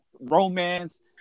romance